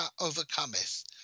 overcometh